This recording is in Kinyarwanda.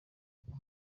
igira